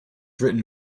written